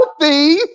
healthy